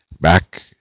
back